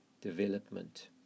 development